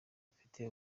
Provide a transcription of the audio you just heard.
bafite